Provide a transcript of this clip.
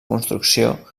construcció